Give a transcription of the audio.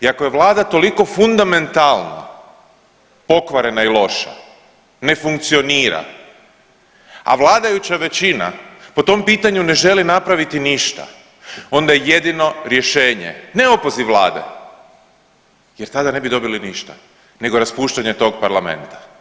I ako je Vlada toliko fundamentalna, pokvarena i loša, ne funkcionira, a vladajuća većina po tom pitanju ne želi napraviti ništa onda je jedino rješenje ne opoziv Vlade jer tada ne bi dobili ništa nego raspuštanje tog Parlamenta.